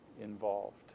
involved